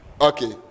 Okay